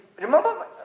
remember